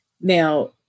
Now